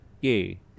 yay